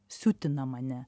siutina mane